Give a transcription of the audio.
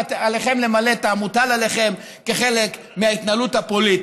ועליכם למלא את המוטל עליכם כחלק מההתנהלות הפוליטית.